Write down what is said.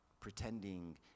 pretending